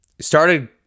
started